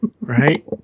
Right